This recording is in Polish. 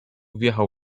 wjechał